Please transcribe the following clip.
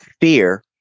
fear